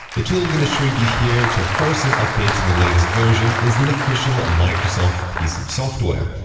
the tool i'm going to show you here to force an update to the latest version is an official ah microsoft piece of software.